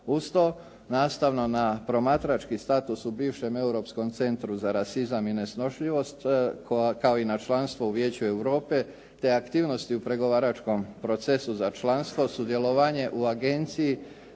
Uz to nastavno na promatrački status u bivšem Europskom centru za rasizam i nesnošljivost kao i na članstvo u Vijeću Europe, te aktivnosti u pregovaračkom procesu za članstvo, sudjelovanje u agenciji